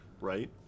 right